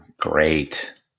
great